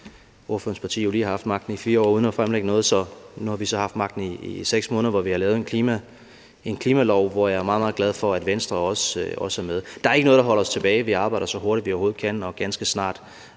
jo lige har haft magten i 4 år uden at fremlægge noget. Nu har vi så haft magten i 6 måneder, hvor vi har lavet en klimalov, som jeg er meget, meget glad for at Venstre også er med i. Der er ikke noget, der holder os tilbage. Vi arbejder så hurtigt, vi overhovedet kan, og ganske snart